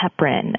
heparin